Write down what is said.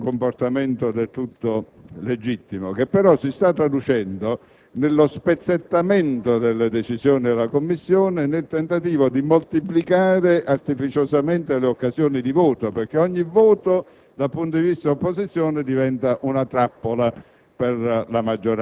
Ribadisco che è un comportamento del tutto legittimo, che però si sta traducendo in uno spezzettamento delle decisioni della Commissione, nel tentativo di moltiplicare artificiosamente le occasioni di voto, perché ogni voto dal punto di vista dell'opposizione diventa una possibile